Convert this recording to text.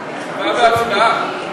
תשובה והצבעה.